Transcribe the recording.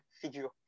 figure